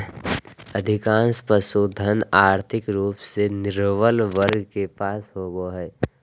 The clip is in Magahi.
अधिकांश पशुधन, और्थिक रूप से निर्बल वर्ग के पास होबो हइ